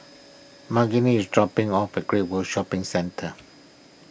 Margene is dropping off at Great World Shopping Centre